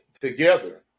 together